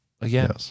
again